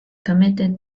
committed